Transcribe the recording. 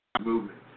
movement